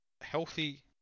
healthy